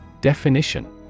Definition